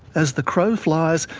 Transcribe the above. as the crow flies,